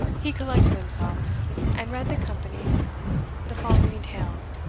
he collected himself, and read the company the following tale